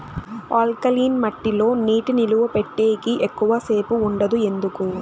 alkaline మట్టి లో నీటి నిలువ పెట్టేకి ఎక్కువగా సేపు ఉండదు ఎందుకు